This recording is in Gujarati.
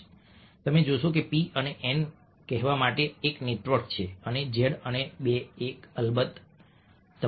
તમે જોશો કે p અને n કહેવા માટે એક નેટવર્ક છે અને z અને 2 અને અલબત્ત તમને